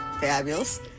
fabulous